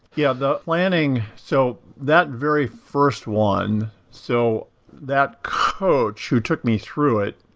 yeah, the planning, so that very first one, so that coach who took me through it,